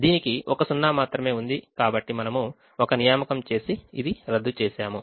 దీనికి ఒక సున్నా మాత్రమే ఉంది కాబట్టి మనము ఒక నియామకం చేసి ఇది రద్దు చేసాము